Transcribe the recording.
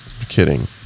Kidding